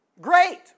Great